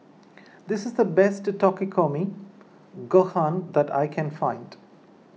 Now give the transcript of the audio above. this is the best Takikomi Gohan that I can find